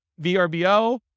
VRBO